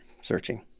searching